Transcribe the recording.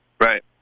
Right